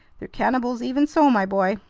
they're cannibals even so, my boy.